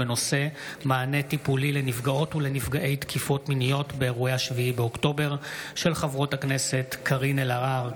בהצעתם של חברות הכנסת קארין אלהרר,